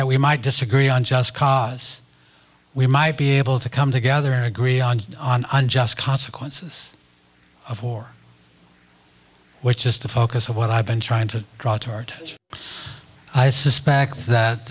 that we might disagree on just cause we might be able to come together and agree on unjust consequences of war which is the focus of what i've been trying to draw toward i suspect that